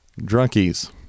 drunkies